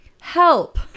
help